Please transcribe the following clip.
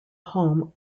home